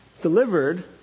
delivered